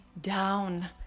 down